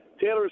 Taylor